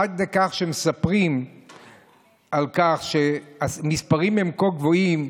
עד כדי כך שמספרים על כך שהמספרים הם כה גבוהים,